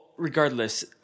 Regardless